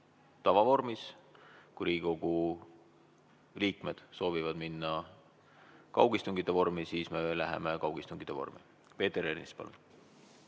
tavavormis, kui Riigikogu liikmed soovivad minna kaugistungite vormi, siis me läheme kaugistungite vormi. Peeter Ernits,